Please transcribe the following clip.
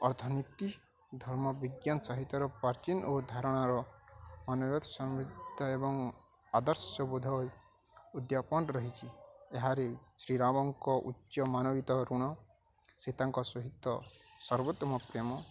ଅର୍ଥନୀତି ଧର୍ମ ବିଜ୍ଞାନ ସାହିତ୍ୟର ପ୍ରାଚୀନ ଓ ଧାରଣାର ଏବଂ ଆଦର୍ଶ ବୋଧ ଉଦ୍ଦୀପନା ରହିଛି ଏହାରି ଶ୍ରୀରାମଙ୍କ ଉଚ୍ଚ ମାନବିତ ଋଣ ସୀତାଙ୍କ ସହିତ ସର୍ବୋତ୍ତମ ପ୍ରେମ